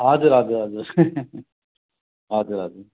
हजुर हजुर हजुर हजुर हजुर